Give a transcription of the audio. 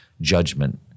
judgment